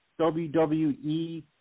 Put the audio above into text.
WWE